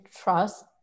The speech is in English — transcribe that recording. trust